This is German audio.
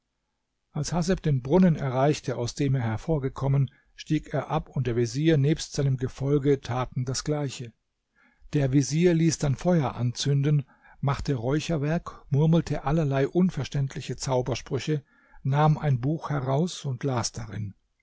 als haseb den brunnen erreichte aus dem er hervorgekommen stieg er ab und der vezier nebst seinem gefolge taten das gleiche der vezier ließ dann feuer anzünden machte räucherwerk murmelte allerlei unverständliche zaubersprüche nahm ein buch heraus und las darin